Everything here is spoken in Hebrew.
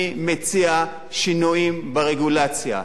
אני מציע שינויים ברגולציה.